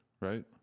right